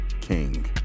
king